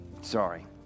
Sorry